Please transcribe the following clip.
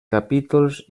capítols